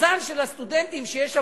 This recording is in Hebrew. מזל של הסטודנטים שיש אברכים,